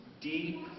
deep